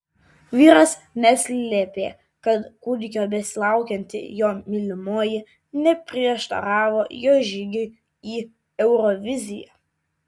vyras neslėpė kad kūdikio besilaukianti jo mylimoji neprieštaravo jo žygiui į euroviziją